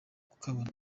kukabona